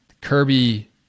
Kirby